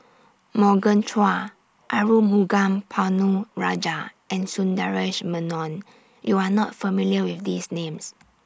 Morgan Chua Arumugam Ponnu Rajah and Sundaresh Menon YOU Are not familiar with These Names